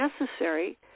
necessary